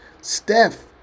Steph